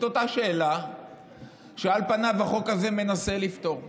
את אותה שאלה שעל פניו החוק הזה מנסה לפתור.